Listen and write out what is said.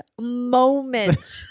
moment